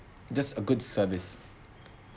just a good service